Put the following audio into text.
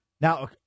Now